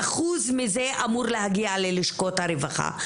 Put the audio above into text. אחוז מזה אמור להגיע ללשכות הרווחה.